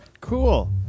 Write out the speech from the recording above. Cool